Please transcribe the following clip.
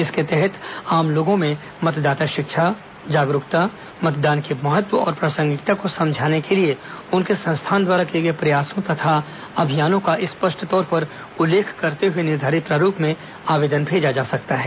इसके तहत आम लोगों में मतदाता शिक्षा जागरूकता मतदान के महत्व और प्रासंगिकता को समझाने के लिए उनके संस्थान द्वारा किए गए प्रयासों तथा अभियानों का स्पष्ट तौर पर उल्लेख करते हुए निर्धारित प्रारूप में आवेदन भेज सकते हैं